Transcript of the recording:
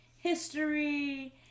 history